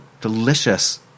delicious